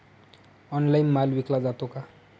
Online माल विकला जातो का?